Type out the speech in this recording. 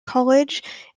college